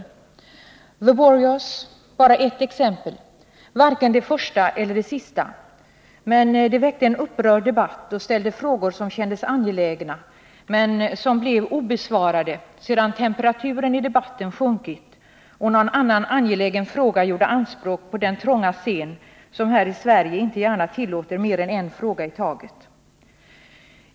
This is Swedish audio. The Warriors var bara ett exempel, varken det första eller det sista, men det väckte en upprörd debatt och framkallade frågor som kändes angelägna men som kvarstod obesvarade sedan temperaturen i debatten sjunkit och någon annan angelägen fråga gjorde anspråk på den trånga scen här i Sverige vilken inte gärna tillåter mer än en fråga i taget.